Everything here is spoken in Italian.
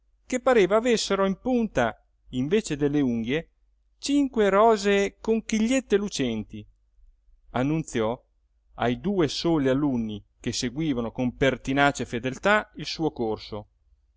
che pareva avessero in punta invece delle unghie cinque rosee conchigliette lucenti annunziò ai due soli alunni che seguivano con pertinace fedeltà il suo corso